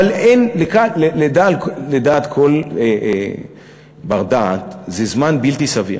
אבל לדעת כל בר-דעת זה זמן בלתי סביר